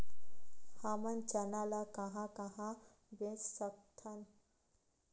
हमन चना ल कहां कहा बेच सकथन?